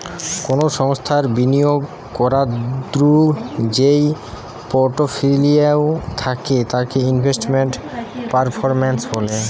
কোনো সংস্থার বিনিয়োগ করাদূঢ় যেই পোর্টফোলিও থাকে তাকে ইনভেস্টমেন্ট পারফরম্যান্স বলে